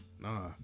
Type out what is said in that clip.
Nah